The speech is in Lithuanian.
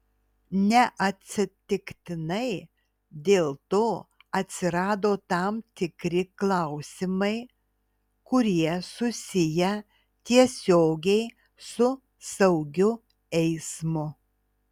neatsitiktinai dėl to atsirado tam tikri klausimai kurie susiję tiesiogiai su saugiu eismu